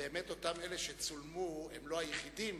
באמת אותם אלה שצולמו הם לא היחידים,